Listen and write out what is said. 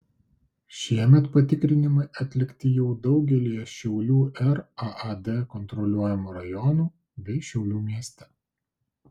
šiemet patikrinimai atlikti jau daugelyje šiaulių raad kontroliuojamų rajonų bei šiaulių mieste